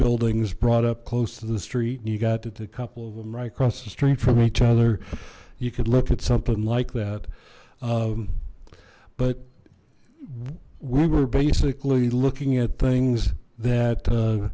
buildings brought up close to the street and you got it a couple of them right across the street from each other you could look at something like that but we were basically looking at things